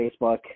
Facebook